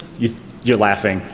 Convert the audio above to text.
you're you're laughing,